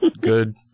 good